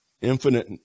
infinite